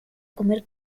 comer